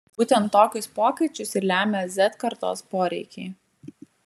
būtent tokius pokyčius ir lemia z kartos poreikiai